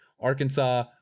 Arkansas